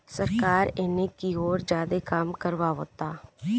सरकार एने कियोर ज्यादे काम करावता